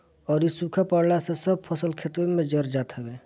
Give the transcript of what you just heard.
अउरी सुखा पड़ला से सब फसल खेतवे में जर जात हवे